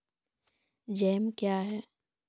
Jam क्या हैं?